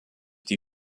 die